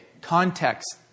Context